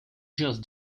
just